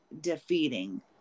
defeating